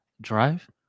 drive